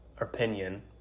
opinion